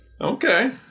Okay